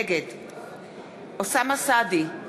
נגד אוסאמה סעדי,